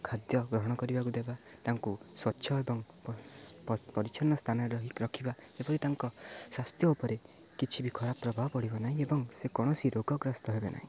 ଖାଦ୍ୟ ଗ୍ରହଣ କରିବାକୁ ଦେବା ତାଙ୍କୁ ସ୍ୱଚ୍ଛ ଏବଂ ପରିଚ୍ଛନ୍ନ ସ୍ଥାନରେ ରହି ରଖିବା ଯେପରି ତାଙ୍କ ସ୍ୱାସ୍ଥ୍ୟ ଉପରେ କିଛି ବି ଖରାପ ପ୍ରଭାବ ପଡ଼ିବ ନାହିଁ ଏବଂ ସେ କୌଣସି ରୋଗଗ୍ରସ୍ତ ହେବେ ନାହିଁ